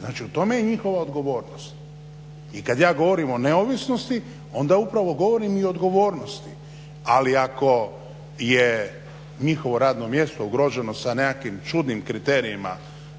znači u tome je njihova odgovornost. I kad ja govorim o neovisnosti onda upravo govorim i o odgovornosti. Ali ako je njihovo radno mjesto ugroženo sa nekakvim čudnim kriterijima